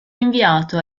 inviato